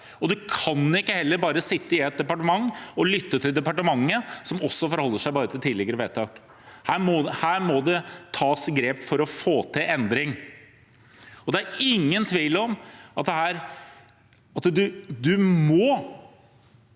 og en kan heller ikke bare sitte i et departement og lytte til departementet, som også bare forholder seg til tidligere vedtak. Her må det tas grep for å få til endring. Det er ingen tvil om at en må